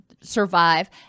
survive